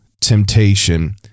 temptation